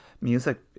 music